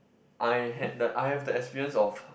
I had the I have the experience of